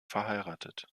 verheiratet